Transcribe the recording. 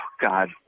God